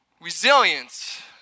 Resilience